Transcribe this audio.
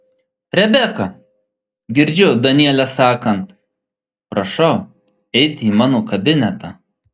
rebeka girdžiu danielę sakant prašau eiti į mano kabinetą